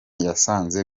yasanze